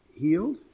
healed